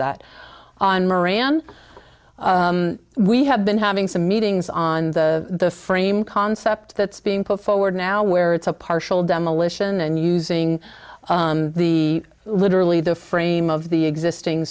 that on moran we have been having some meetings on the frame concept that's being put forward now where it's a partial demolition and using the literally the frame of the existing